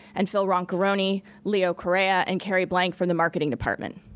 and phil roncoroni, leo correa and carrie blank from the marketing department.